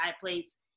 plates